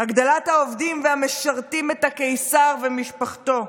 הגדלת העובדים והמשרתים את הקיסר ומשפחתו.